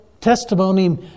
testimony